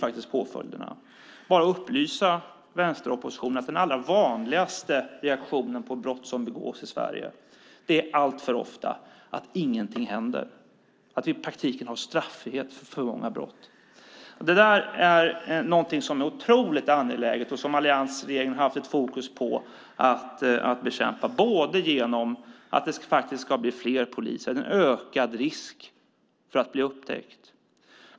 Jag vill bara upplysa vänsteroppositionen om att den allra vanligaste reaktionen på brott som begås i Sverige alltför ofta är att ingenting händer och att vi i praktiken har straffrihet för många brott. Detta är någonting som är otroligt angeläget och som alliansregeringen har haft fokus på att bekämpa genom att det faktiskt ska bli fler poliser och en ökad risk för att bli upptäckt.